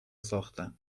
ساختن